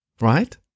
Right